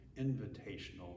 invitational